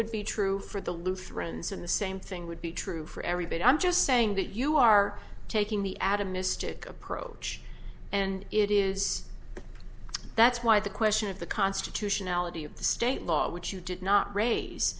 would be true for the lutherans and the same thing would be true for every bit i'm just saying that you are taking the atomistic approach and it is that's why the question of the constitutionality of the state law which you did not raise